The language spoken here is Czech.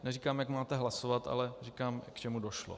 Neříkám, jak máte hlasovat, ale říkám, k čemu došlo.